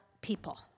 people